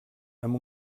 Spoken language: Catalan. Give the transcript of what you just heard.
amb